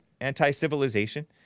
anti-civilization